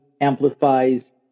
amplifies